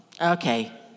Okay